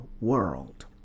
world